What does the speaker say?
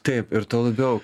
taip ir tuo labiau